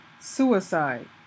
suicide